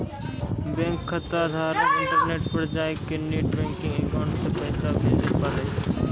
bank खाताधारक internet पर जाय कै नेट बैंकिंग अकाउंट से पैसा भेजे पारै